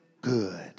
good